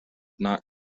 not